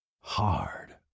Hard